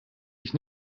ich